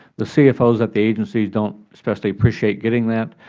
the cfos at the agencies don't especially appreciate getting that.